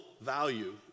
value